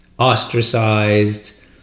ostracized